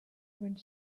went